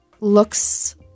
looks